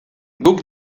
guk